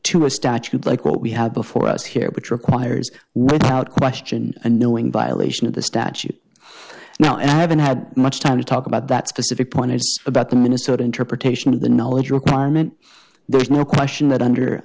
to a statute like what we have before us here which requires without question and knowing violation of the statute now i haven't had much time to talk about that specific point about the minnesota interpretation of the knowledge requirement there's no question that under